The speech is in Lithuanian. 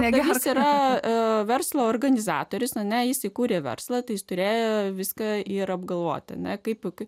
negerti yra verslo organizatorius ne jis įkūrė verslą jis turėjo viską ir apgalvoti na kaip ūkiu